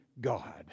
God